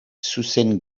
zuzen